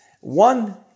One